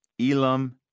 Elam